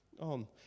On